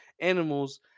animals